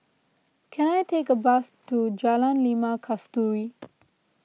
can I take a bus to Jalan Limau Kasturi